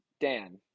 Dan